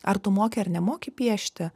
ar tu moki ar nemoki piešti